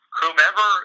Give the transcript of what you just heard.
whomever